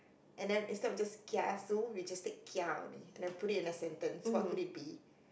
and then instead of just kiasu we just take kia only and then it in a sentence what could it be